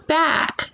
back